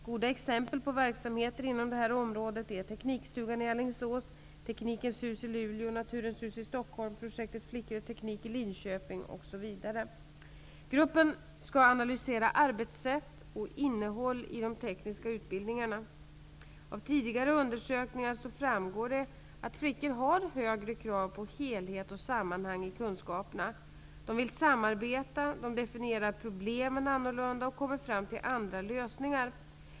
Goda exempel på verksamheter inom detta område är Teknikstugan i Alingsås, Gruppen skall analysera arbetssätt och innehåll i de tekniska utbildningarna. Av tidigare undersökningar framgår att flickor har högre krav på helhet och sammanhang i kunskaperna. De vill samarbeta, definierar problemen annorlunda och kommer fram till andra lösningar.